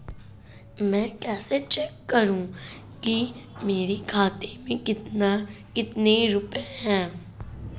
मैं कैसे चेक करूं कि मेरे खाते में कितने रुपए हैं?